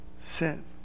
sin